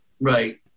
Right